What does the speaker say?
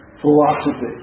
philosophy